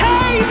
Hey